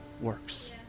works